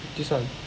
this one